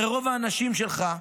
הרי רוב האנשים שלך,